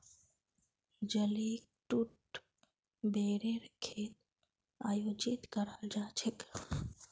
जलीकट्टूत बैलेर खेल आयोजित कराल जा छेक